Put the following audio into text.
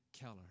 Keller